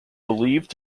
believed